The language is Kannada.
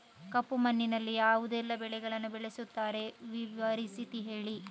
ಕಪ್ಪು ಮಣ್ಣಿನಲ್ಲಿ ಯಾವುದೆಲ್ಲ ಬೆಳೆಗಳನ್ನು ಬೆಳೆಸುತ್ತಾರೆ ವಿವರಿಸಿ ಹೇಳಿ